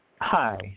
Hi